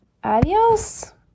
Adiós